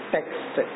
Text